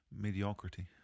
mediocrity